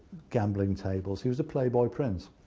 gambling tables, he was a playboy prince.